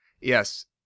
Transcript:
Yes